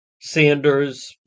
Sanders